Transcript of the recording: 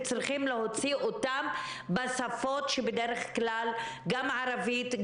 צריכים להוציא אותן בשפות שבדרך כלל מוציאים: גם ערבית,